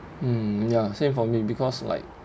mm ya same for me because like